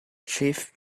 chef